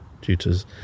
tutors